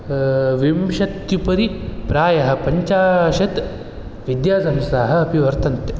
विंशत्युपरि प्रायः पञ्चाशत् विद्यासंस्थाः अपि वर्तन्ते